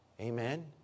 Amen